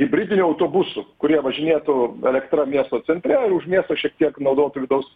hibridinių autobusų kurie važinėtų elektra miesto centre už miesto šiek tiek naudotų vidaus